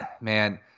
man